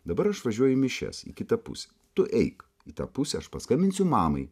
dabar aš važiuoju į mišias į kitą pusę tu eik į tą pusę aš paskambinsiu mamai